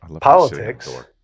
politics